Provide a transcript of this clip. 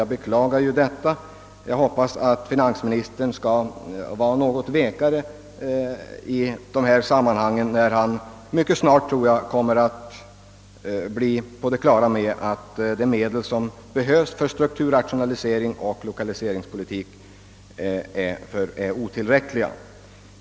Jag beklagar detta men hoppas att finansministern skall ha en mera positiv inställning i dessa sammanhang när han mycket snart blir på det klara att de medel som hittills anvisats för strukturrationalisering och lokaliseringspolitik är otillräckliga.